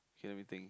should let me think